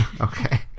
Okay